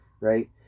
Right